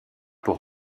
pour